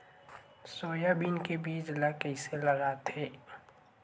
Soybean के बीज ल कइसे लगाथे?